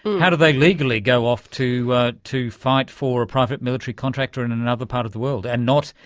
how do they legally go off to ah to fight for a private military contractor in and another part of the world and not,